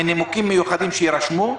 מנימוקים מיוחדים שיירשמו,